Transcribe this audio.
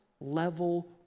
level